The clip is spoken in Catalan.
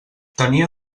tenia